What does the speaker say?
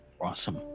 Awesome